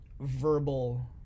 verbal